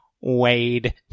Wade